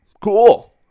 Cool